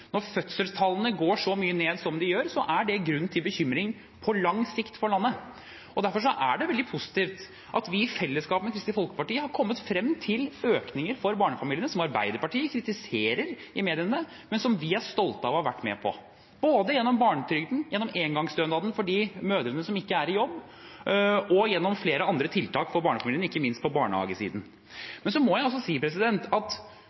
Når fødselstallene går så mye ned som de gjør, er det grunn til bekymring – på lang sikt – for landet. Derfor er det veldig positivt at vi i fellesskap med Kristelig Folkeparti har kommet frem til økninger for barnefamiliene – noe som Arbeiderpartiet kritiserer i mediene, men som vi er stolte av å ha vært med på – både gjennom barnetrygden, gjennom engangsstønaden for de mødrene som ikke er i jobb, og gjennom flere andre tiltak for barnefamiliene, ikke minst på barnehagesiden. Men så må jeg si at